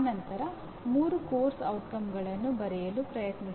ನಂತರ ಮೂರು ಪಠ್ಯಕ್ರಮದ ಪರಿಣಾಮಗಳನ್ನು ಬರೆಯಲು ಪ್ರಯತ್ನಿಸಿ